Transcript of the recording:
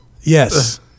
Yes